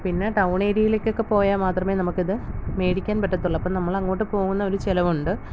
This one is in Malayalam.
പിന്നെ ടൗൺ ഏര്യയിലേക്ക് ഒക്കെ പോയാൽ മാത്രമേ നമുക്ക് ഇത് മേടിക്കാൻ പറ്റത്തുള്ളൂ അപ്പം നമ്മൾ അങ്ങോട്ടേക്ക് പോകുന്ന ഒരു ചിലവുണ്ട്